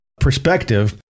perspective